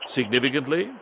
Significantly